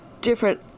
different